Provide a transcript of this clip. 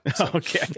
okay